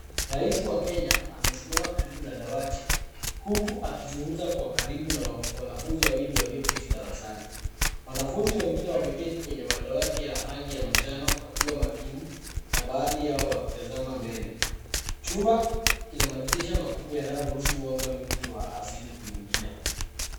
Rais wa Kenya amesimama karibu na dawati huku akizungumza kwa karibu na wanafunzi wawili walioketi darasani. Wanafunzi wengine wameketi kwenye madawati ya rangi ya manjano wakiwa makini na baadhi yao wakitazama mbele. Chumba kina madirisha makubwa yanayoruhusu mwanga mwingi wa asili kuingia.